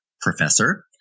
professor